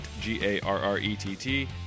G-A-R-R-E-T-T